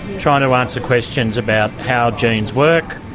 trying to answer questions about how genes work,